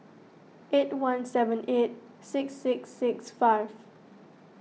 eight one seven eight six six six five